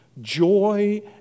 joy